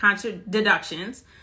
deductions